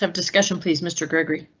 um discussion please mr gregory.